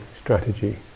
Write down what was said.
strategy